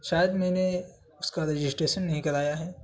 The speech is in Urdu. شاید میں نے اس کا رجسٹریشن نہیں کرایا ہے